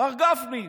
מר גפני,